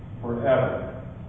forever